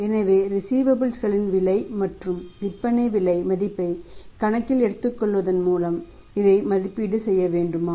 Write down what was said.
எனவே ரிஸீவபல்ஸ் களின் விலை மற்றும் விற்பனை விலை மதிப்பை கணக்கில் எடுத்துக்கொள்வதன் மூலம் இதை மதிப்பீடுசெய்ய வேண்டுமா